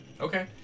okay